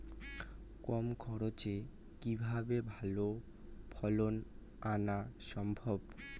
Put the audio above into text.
কম খরচে কিভাবে ভালো ফলন আনা সম্ভব?